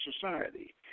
society